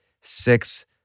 six